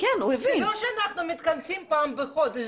זה לא שאנחנו מתכנסים פעם בחודש.